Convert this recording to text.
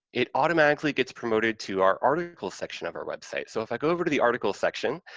it automatically gets promoted to our article section of our website. so, if i go over to the article section,